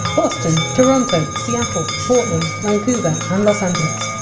boston, toronto, seattle, portland, vancouver and los angeles.